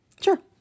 Sure